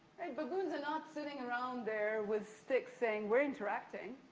baboons are not sitting around there with sticks saying we're interacting,